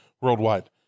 worldwide